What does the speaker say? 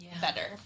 better